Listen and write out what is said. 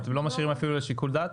ואתם לא משאירים אפילו לשיקול דעת?